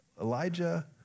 Elijah